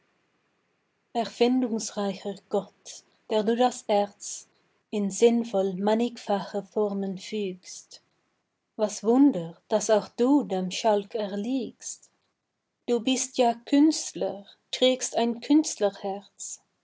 erfindungsreicher gott der du das erz in sinnvoll mannigfache formen fügst was wunder daß auch du dem schalk erliegst du bist ja künstler trägst ein künstlerherz